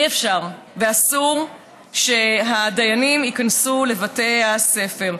אי-אפשר ואסור שהדיינים ייכנסו לבתי הספר.